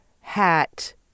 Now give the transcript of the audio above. hat